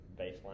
baseline